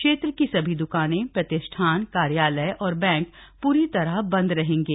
क्षेत्र की सभी द्वकानें प्रतिष्ठान कार्यालय और बैंक पूरी तरह से बंद रहँगे